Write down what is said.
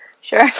Sure